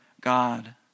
God